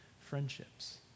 friendships